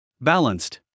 Balanced